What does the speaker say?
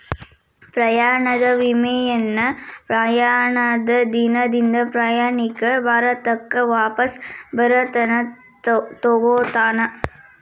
ಪ್ರಯಾಣದ ವಿಮೆಯನ್ನ ಪ್ರಯಾಣದ ದಿನದಿಂದ ಪ್ರಯಾಣಿಕ ಭಾರತಕ್ಕ ವಾಪಸ್ ಬರತನ ತೊಗೋತಾರ